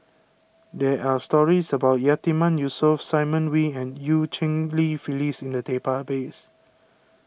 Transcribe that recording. there are stories about Yatiman Yusof Simon Wee and Eu Cheng Li Phyllis in the database